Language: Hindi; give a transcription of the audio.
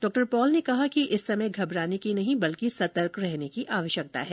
डॉक्टर पॉल ने कहा कि इस समय घबराने की नहीं बल्कि सतर्क रहने की आवश्यकता है